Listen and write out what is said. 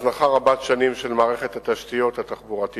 הזנחה רבת שנים של מערכת התשתיות התחבורתיות